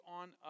on